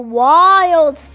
wild